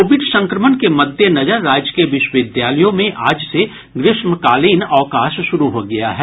Covid संक्रमण के मददेनजर राज्य के विश्वविद्यालयों में आज से ग्रीष्मकालीन अवकाश शुरू हो गया है